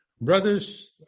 Brothers